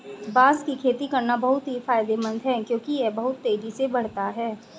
बांस की खेती करना बहुत ही फायदेमंद है क्योंकि यह बहुत तेजी से बढ़ता है